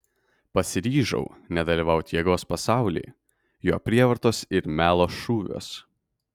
pasiryžau nedalyvaut jėgos pasauly jo prievartos ir melo šūviuos